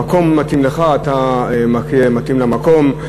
המקום מתאים לך, אתה מתאים למקום.